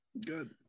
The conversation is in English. Good